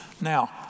Now